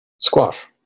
Squash